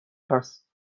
هست